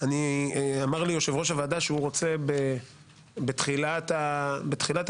אמר לי יושב-ראש הוועדה שהוא רוצה בתחילת הדיון,